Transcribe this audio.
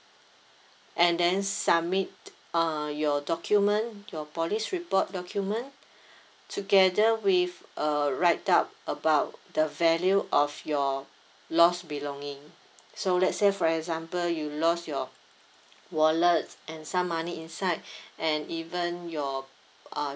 and then submit uh your document your police report document together with a write up about the value of your lost belonging so let's say for example you lost your wallet and some money inside and even your uh